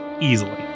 easily